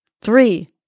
Three